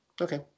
Okay